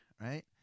right